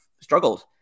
struggled